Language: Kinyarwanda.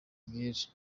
girls